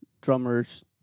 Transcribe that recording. Drummers